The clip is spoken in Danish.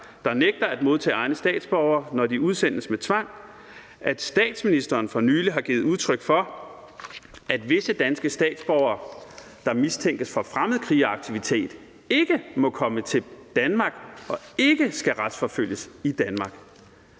der nægter at modtage egne statsborgere, når de udsendes med tvang, at statsministeren for nylig har givet udtryk for, at visse danske statsborgere, der mistænkes for fremmedkrigeraktivitet, ikke må komme til Danmark og ikke skal retsforfølges i Danmark.